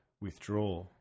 withdraw